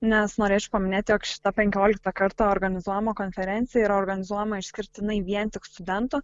nes norėčiau paminėti jog šita penkioliktą kartą organizuojama konferencija yra organizuojama išskirtinai vien tik studentų